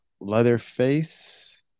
Leatherface